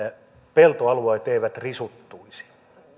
peltoalueet eivät risuttuisi